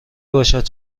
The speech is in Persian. باشد